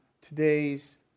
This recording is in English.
today's